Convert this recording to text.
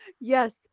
Yes